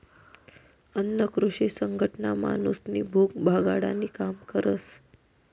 अन्न कृषी संघटना माणूसनी भूक भागाडानी काम करस